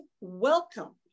welcome